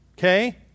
Okay